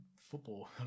football